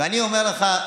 אני אומר לך,